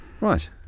Right